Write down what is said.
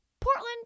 Portland